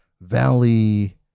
valley